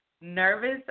Nervous